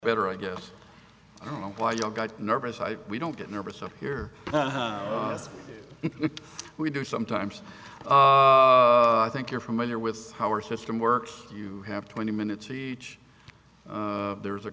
better i guess i don't know why ya got nervous i don't get nervous up here we do sometimes i think you're familiar with how our system works you have twenty minutes each there's a